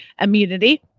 immunity